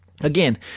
again